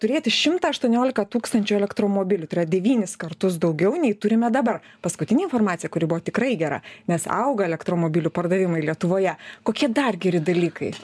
turėti šimtą aštuoniolika tūkstančių elektromobilių tai yra devynis kartus daugiau nei turime dabar paskutinė informacija kuri buvo tikrai gera nes auga elektromobilių pardavimai lietuvoje kokie dar geri dalykai